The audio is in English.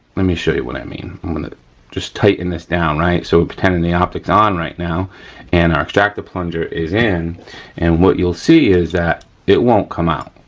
let me show you what i mean i wanna just tighten this down, right. so we're pretending the optics on right now and our extractor plunger is in and what you'll see is that it won't come out,